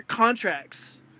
Contracts